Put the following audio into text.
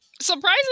surprisingly